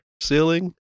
ceiling